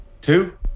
Two